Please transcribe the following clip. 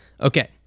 Okay